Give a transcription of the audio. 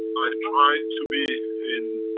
i tried to be in